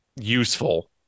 useful